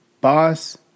Boss